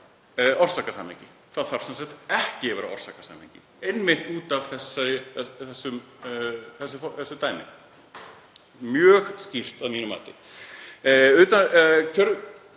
Það þarf sem sagt ekki að vera orsakasamhengi einmitt út af þessu dæmi, mjög skýrt að mínu mati.